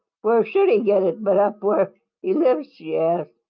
where should he get it but up where he lives? she asked.